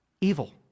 Evil